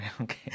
Okay